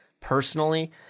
personally